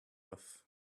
off